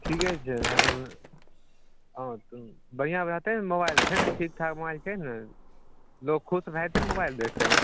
ठीके छै हम ओ तऽ बढिऑं रहतै ने मोबाइल छै ने ठीक ठाक मोबाइल छै ने लोक खुस भऽ जेतै ने मोबाइल देख कऽ